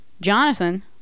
jonathan